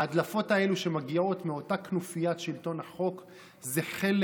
ההדלפות האלה שמגיעות מאותה כנופיית שלטון חוק הן חלק